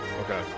Okay